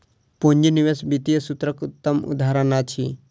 पूंजी निवेश वित्तीय सूत्रक उत्तम उदहारण अछि